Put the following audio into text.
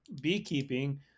beekeeping